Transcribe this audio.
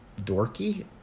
dorky